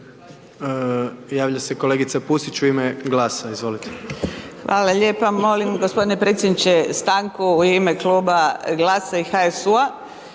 hvala.